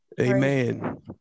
Amen